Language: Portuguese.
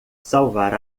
salvar